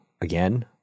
again